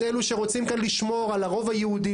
אילו שרוצים כאן לשמור על הרוב היהודי,